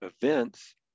events